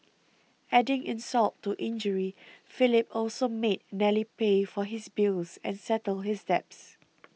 adding insult to injury Philip also made Nellie pay for his bills and settle his debts